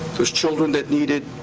those children that need it,